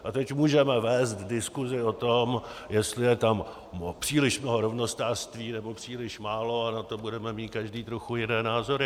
A teď můžeme vést diskusi o tom, jestli je tam příliš mnoho rovnostářství, nebo příliš málo, a na to budeme mít každý trochu jiné názory.